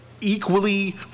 equally